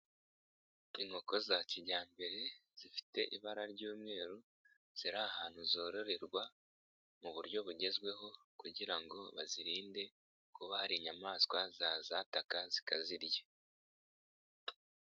Inkoko za kijyambere zifite ibara ry'umweru ziri ahantu zororerwa mu buryo bugezweho kugira ngo bazirinde kuba hari inyamaswa zazataka zikazirya.